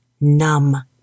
numb